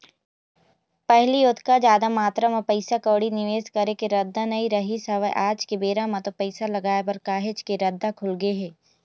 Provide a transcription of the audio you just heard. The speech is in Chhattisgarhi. पहिली ओतका जादा मातरा म पइसा कउड़ी निवेस करे के रद्दा नइ रहिस हवय आज के बेरा म तो पइसा लगाय बर काहेच के रद्दा खुलगे हे